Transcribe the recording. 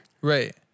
Right